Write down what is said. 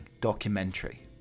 documentary